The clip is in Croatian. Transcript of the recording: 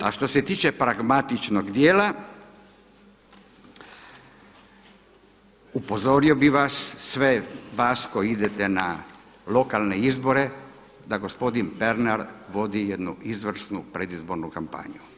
A što se tiče pragmatičnog dijela, upozorio bih vas, sve vas koji idete na lokalne izbore da gospodin Pernar vodi jednu izvrsnu predizbornu kampanju.